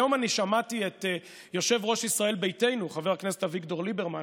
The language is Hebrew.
היום אני שמעתי את יושב-ראש ישראל ביתנו חבר הכנסת אביגדור ליברמן